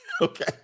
Okay